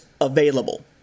available